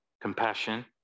compassion